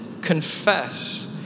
Confess